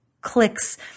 clicks